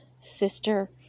sister